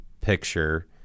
picture